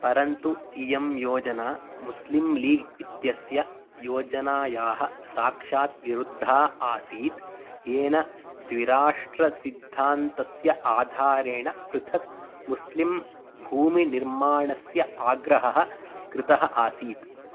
परन्तु इयं योजना मुस्लिं लीग् इत्यस्य योजनायाः साक्षात् विरुद्धा आसीत् येन द्विराष्ट्रसिद्धान्तस्य आधारेण पृथक् मुस्लिं भूमिनिर्माणस्य आग्रहः कृतः आसीत्